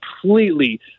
completely